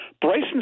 Bryson